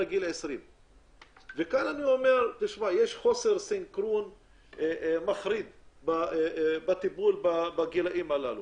לגיל 20. יש חוסר סנכרון מחריד בטיפול בגילאים הללו.